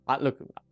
look